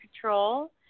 control